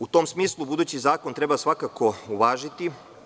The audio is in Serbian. U tom smislu, budući zakon treba svakako uvažiti.